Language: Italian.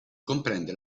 comprende